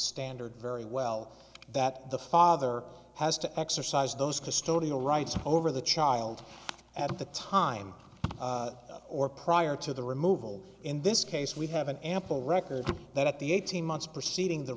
standard very well that the father has to exercise those custodial rights over the child at the time or prior to the removal in this case we have an ample record that at the eighteen months preceding the